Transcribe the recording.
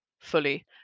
fully